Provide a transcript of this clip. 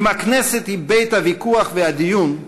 אם הכנסת היא בית הוויכוח והדיון,